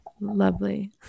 lovely